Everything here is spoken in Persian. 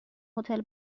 هتل